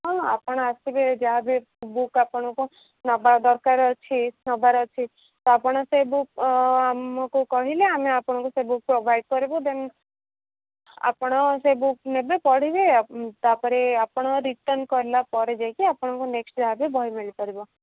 ହଁ ଆପଣ ଆସିବେ ଯାହାବି ବୁକ୍ ଆପଣଙ୍କ ନେବା ଦରକାର ଅଛି ନେବାର ଅଛି ତ ଆପଣ ସେ ବୁକ୍ ଆମକୁ କହିଲେ ଆମେ ଆପଣଙ୍କୁ ସେ ବୁକ୍ ପ୍ରୋଭାଇଡ଼୍ କରିବୁ ଦେନ୍ ଆପଣ ସେ ବୁକ୍ ନେବେ ପଢ଼ିବେ ତା'ପରେ ଆପଣ ରିଟର୍ଣ୍ଣ କଲା ପରେ ଯାଇକି ଆପଣଙ୍କୁ ନେକ୍ସଟ୍ ଯାହାବି ବହି ମିଳିପାରିବ